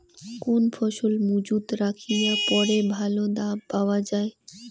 কোন ফসল মুজুত রাখিয়া পরে ভালো দাম পাওয়া যায়?